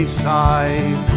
side